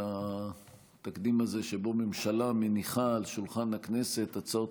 על התקדים הזה שבו ממשלה מניחה על שולחן הכנסת הצעות